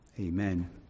Amen